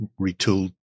retooled